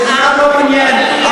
המשרד לא מעניין.